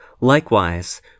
Likewise